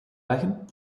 leggen